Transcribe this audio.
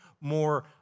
more